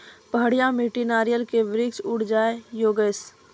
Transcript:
पहाड़िया मिट्टी नारियल के वृक्ष उड़ जाय योगेश?